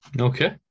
Okay